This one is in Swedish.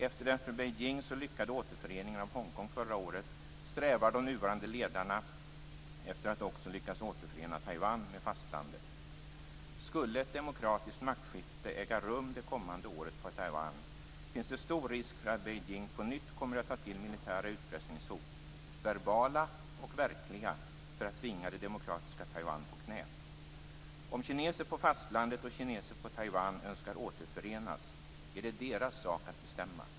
Efter den för Beijing så lyckade återföreningen av Hongkong förra året strävar de nuvarande ledarna efter att också lyckas återförena Skulle ett demokratiskt maktskifte äga rum det kommande året på Taiwan, finns det stor risk för att Beijing på nytt kommer att ta till militära utpressningshot, verbala och verkliga, för att tvinga det demokratiska Taiwan på knä. Om kineser på fastlandet och kineser på Taiwan önskar återförenas, är det deras sak att bestämma.